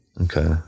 Okay